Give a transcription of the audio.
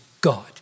God